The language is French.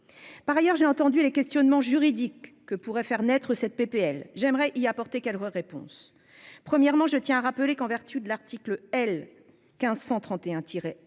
Par ailleurs, j'ai entendu les questionnements juridiques que pouvait faire naître ce texte. J'aimerais y apporter plusieurs réponses. Premièrement, en vertu de l'article L. 1531-1